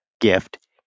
gift